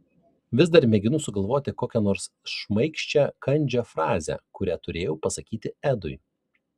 vis dar mėginu sugalvoti kokią nors šmaikščią kandžią frazę kurią turėjau pasakyti edui